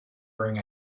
wearing